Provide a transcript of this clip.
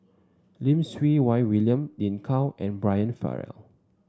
Lim Siew Wai William Lin Gao and Brian Farrell